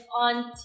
on